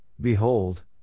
Behold